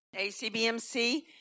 ACBMC